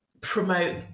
promote